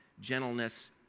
gentleness